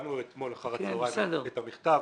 קיבלנו אתמול אחרי הצוהריים את המכתב.